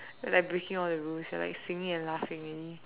you are like breaking all the rules you are like singing and laughing already